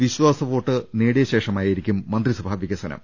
വിശ്വാസവോട്ട് നേടിയ ശേഷ മായിരിക്കും മന്ത്രിസഭാ വികസനം